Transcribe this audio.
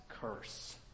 curse